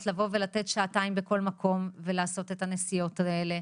לבוא ולתת שעתיים בכל מקום ולעשות את הנסיעות האלה.